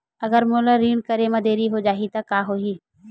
अगर मोला ऋण करे म देरी हो जाहि त का होही?